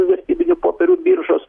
vertybinių popierių biržos